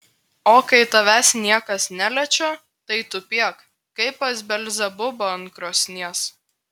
o kai tavęs niekas neliečia tai tupėk kaip pas belzebubą ant krosnies